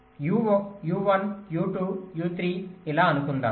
u u1 u2 u3 ఇలా అనుకుందాము